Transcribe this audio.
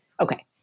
okay